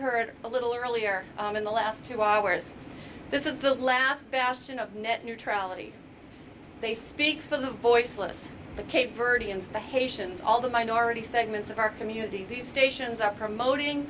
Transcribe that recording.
heard a little earlier on in the last two hours this is the last bastion of net neutrality they speak for the voiceless the cape verde and the haitians all the minority segments of our community these stations are promoting